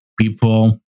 People